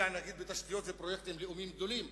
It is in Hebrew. בתשתיות ובפרויקטים לאומיים גדולים,